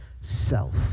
self